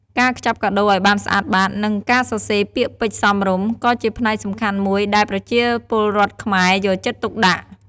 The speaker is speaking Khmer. ការខ្ចប់កាដូរឱ្យបានស្អាតបាត និងការសរសេរពាក្យពេចន៍សមរម្យ ក៏ជាផ្នែកសំខាន់មួយដែលប្រជាពលរដ្ឋខ្មែរយកចិត្តទុកដាក់។